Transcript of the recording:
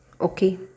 Okay